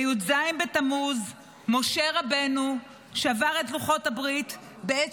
בי"ז בתמוז משה רבנו שבר את לוחות הברית בעת